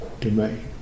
domain